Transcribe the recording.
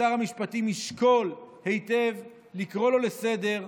ושר המשפטים ישקול היטב לקרוא לו לסדר,